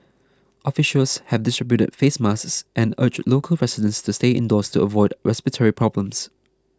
officials have distributed face masks and urged local residents to stay indoors to avoid respiratory problems